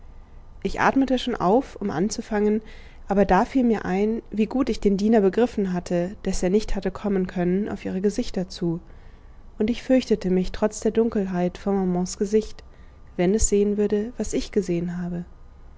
ich atmete schon auf um anzufangen aber da fiel mir ein wie gut ich den diener begriffen hatte daß er nicht hatte kommen können auf ihre gesichter zu und ich fürchtete mich trotz der dunkelheit vor mamans gesicht wenn es sehen würde was ich gesehen habe